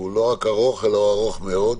הוא לא רק ארוך, הוא ארוך מאוד.